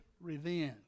revenge